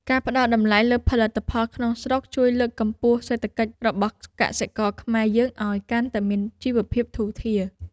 ការផ្ដល់តម្លៃលើផលិតផលក្នុងស្រុកជួយលើកកម្ពស់សេដ្ឋកិច្ចរបស់កសិករខ្មែរយើងឱ្យកាន់តែមានជីវភាពធូរធារ។